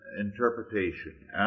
interpretation